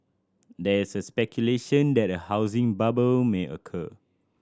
there is a speculation that a housing bubble may occur